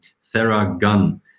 Theragun